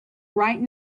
right